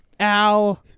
ow